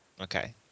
okay